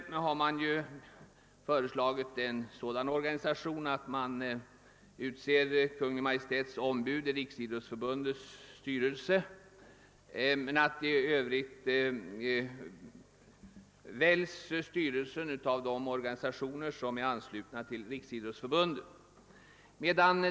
I propositionen föreslås en sådan organisation att Kungl. Maj:t utser två ombud i Riksidrottsförbundets styrelse, men i övrigt väljs styrelsen av de organisationer som är anslutna till Riksidrottsförbundet.